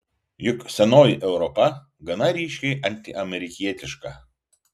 juk senoji europa gana ryškiai antiamerikietiška